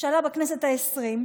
שעלה בכנסת העשרים,